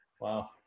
wow